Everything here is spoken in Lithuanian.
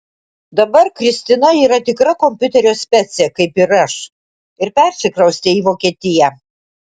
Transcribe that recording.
dabar kristina yra tikra kompiuterio specė kaip ir aš ir persikraustė į vokietiją